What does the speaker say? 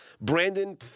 Brandon